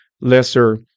lesser